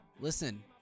listen